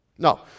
No